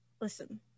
Listen